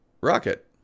rocket